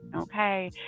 okay